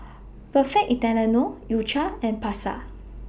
Perfect Italiano U Cha and Pasar